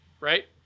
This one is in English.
right